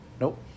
Nope